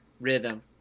rhythm